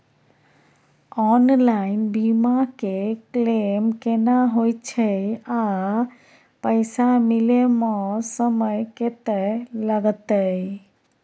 Online बीमा के claim केना होय छै आ पैसा मिले म समय केत्ते लगतै?